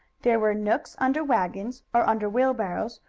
there were nooks under wagons, or under wheelbarrows,